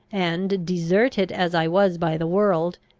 and, deserted as i was by the world,